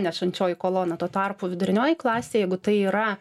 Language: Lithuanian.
nešančioji kolona tuo tarpu vidurinioji klasė jeigu tai yra